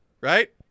Right